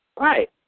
Right